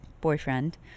boyfriend